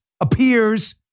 appears